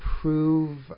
prove